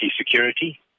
security